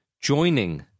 joining